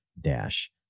dash